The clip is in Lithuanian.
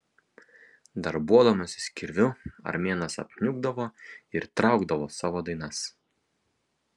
darbuodamasis kirviu armėnas apniukdavo ir traukdavo savo dainas